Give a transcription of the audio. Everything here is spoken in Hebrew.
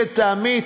לטעמי,